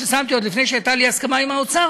עוד לפני שהייתה לי הסכמה עם האוצר,